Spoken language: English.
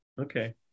Okay